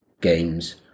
games